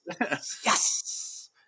Yes